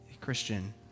Christian